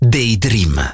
Daydream